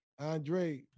Andre